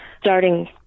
starting